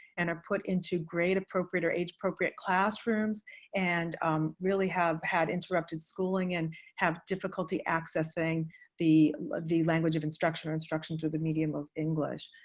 and are put into grade-appropriate or age-appropriate classrooms and really have had interrupted schooling and have difficulty accessing the language language of instruction or instruction to the medium of english.